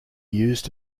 used